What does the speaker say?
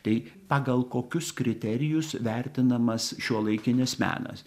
tai pagal kokius kriterijus vertinamas šiuolaikinis menas